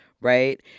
Right